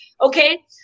Okay